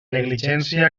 negligència